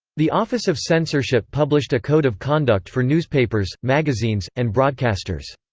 the office of censorship published a code of conduct for newspapers, magazines, and broadcasters.